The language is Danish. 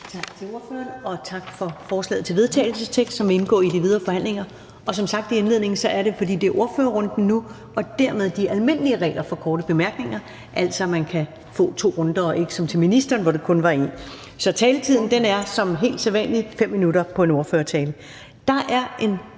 Tak til ordføreren, og tak for forslaget til vedtagelse, som vil indgå i de videre forhandlinger. Og som sagt i indledningen er det, fordi det er ordførerrunden nu, at der dermed gælder de almindelige regler for korte bemærkninger, altså at man kan få to runder og ikke som til ministeren, hvor det kun var én. Så taletiden er helt som sædvanlig 5 minutter til en ordførertale. Der er en